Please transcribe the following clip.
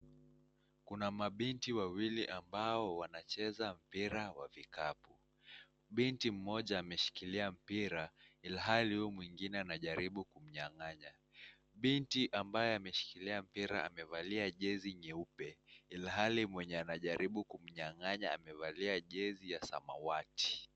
Kuna mabinti wawili ambao wanacheza mpira wa vikapu, binti mmoja ameshikilia mpira ilhali huyu mwingine anajaribu kumnyanganya. Binti ambaye ameshikilia mpira amevalia jezi nyeupe ilhali mwenye anajaribu kumnyangaya amevalia jezi ya samawati.